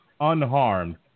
unharmed